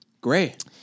Great